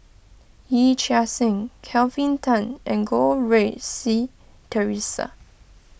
Yee Chia Hsing Kelvin Tan and Goh Rui Si theresa